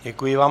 Děkuji vám.